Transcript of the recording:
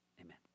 amen